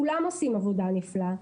כולם עושים עבודה נפלאה,